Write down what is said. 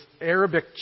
Arabic